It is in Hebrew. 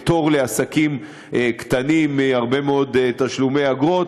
פטור לעסקים קטנים, הרבה מאוד תשלומי אגרות.